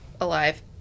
alive